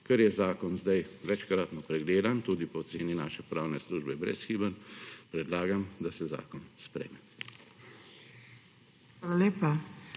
Ker je zakon zdaj večkratno pregledan, tudi po oceni naše pravne službe brezhiben, predlagam, da se zakon sprejme.